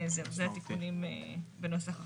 זהו, אלו התיקונים בנוסח החוק.